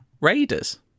Raiders